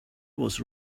was